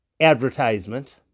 advertisement